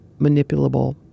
manipulable